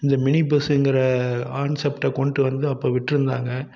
இந்த mini bus என்கிற ஹான்செப்ட்டை கொண்டுட்டு வந்து அப்போ விட்டிருந்தாங்க